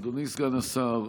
אדוני סגן השר,